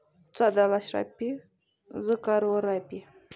ژۄدہ لَچھ رۄپیہِ زٕ کَرور رۄپیہِ